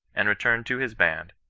and returned to his band,